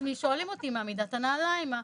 עצמי ששואלים אותי מה מידת הנעליים שלי,